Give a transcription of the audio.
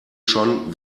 schon